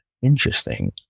Interesting